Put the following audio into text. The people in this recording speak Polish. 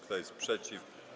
Kto jest przeciw?